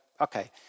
okay